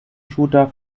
shooter